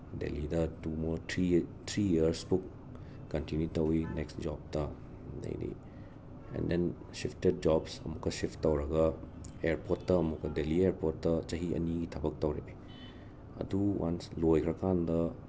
ꯗꯦꯂꯤꯗ two or three ꯌ three ꯌꯔꯁꯃꯨꯛ ꯀꯟꯇꯤꯅ꯭ꯌꯨ ꯇꯧꯋꯤ ꯅꯦꯛꯁ ꯖꯣꯞꯇ ꯑꯗꯩꯗꯤ ꯑꯦꯟ ꯗꯦꯟ ꯁꯤꯐꯇꯦꯠ ꯖꯣꯞꯁ ꯑꯃꯨꯛꯀ ꯁꯤꯐ ꯇꯧꯔꯒ ꯑꯦꯔꯄꯣꯔꯠꯇ ꯑꯃꯨꯛ ꯗꯦꯂꯤ ꯑꯦꯔꯄꯣꯔꯠꯇ ꯆꯍꯤ ꯑꯅꯤꯒꯤ ꯊꯕꯛ ꯇꯧꯔꯛꯑꯦ ꯑꯗꯨ ꯋꯥꯟꯁ ꯂꯣꯏꯈ꯭ꯔꯀꯥꯟꯗ